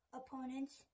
opponents